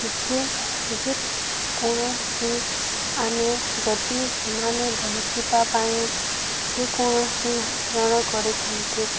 ଯିଏ ଯେ କୌଣସି ଆମେ ଯଦି ସେମାନେ ବଞ୍ଚିବା ପାଇଁ ଯେକୌଣସି ଯନ୍ତ୍ରଣ କରିଥାନ୍ତି